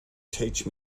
teach